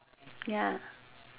ya